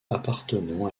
appartenant